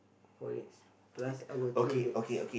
four legs last our two legs